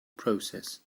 process